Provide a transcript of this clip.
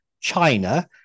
China